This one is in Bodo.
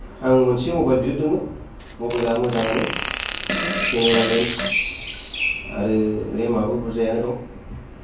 आं मोनसे मबाइल बिहरदोंमोन मबाइल मोजांआनो केमेरा लेन्स आरो रेम आबो बुरजायानो दं